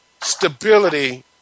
stability